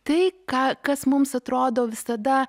tai ką kas mums atrodo visada